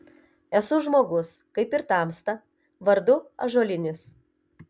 esu žmogus kaip ir tamsta vardu ąžuolinis